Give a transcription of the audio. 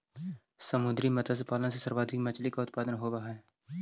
समुद्री मत्स्य पालन से सर्वाधिक मछली का उत्पादन होवअ हई